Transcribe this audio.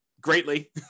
greatly